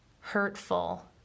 hurtful